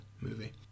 movie